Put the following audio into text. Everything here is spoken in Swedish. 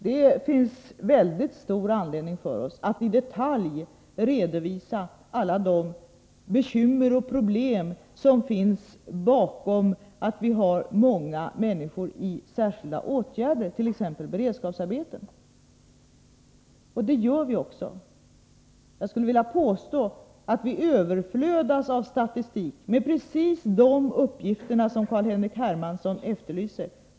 Det finns mycket stor anledning för oss att i detalj redovisa alla de bekymmer och problem som finns bakom det faktum att vi har många människor i särskilda åtgärder, t.ex. beredskapsarbeten. Det gör vi också. Jag skulle vilja påstå att vi överflödas av statistik med precis de uppgifter som Carl-Henrik Hermansson efterlyser.